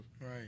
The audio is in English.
Right